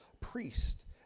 priest